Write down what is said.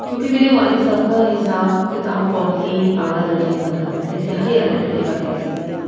کیونکہ میرے والد صاحب کا حساب کتاب بہت ہی اعلیٰ درجے کا تھا انتہائی اعلیٰ درجے کا کہہ سکتے ہیں آپ